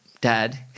dad